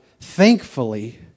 thankfully